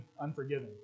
unforgiving